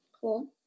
Cool